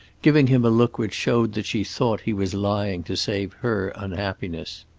giving him a look which showed that she thought he was lying to save her unhappiness.